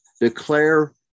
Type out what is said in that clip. declare